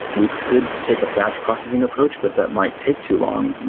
we could take a batch processing approach, but that might take too long.